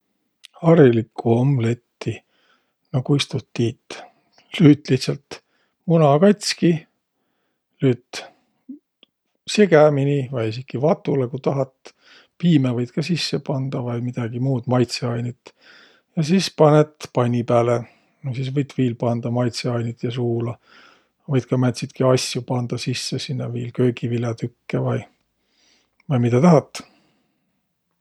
Harilikku omletti, no kuis tuud tiit? Lüüt lihtsält muna katski, lüüt segämini vai esiki vatulõ, ku tahat. Piimä võit ka sisse pandaq vai midägi muud, maitsõainit, ja sis panõt panni pääle. Ja sis võit viil pandaq maitsõainit ja suula. Võit ka määntsitki asjo pandaq sinnäq sisse viil, köögivilätükke vai, vai midä tahat.